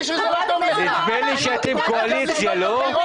כך הוא נוהג בוועדת הכנסת.